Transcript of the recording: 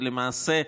למעשה,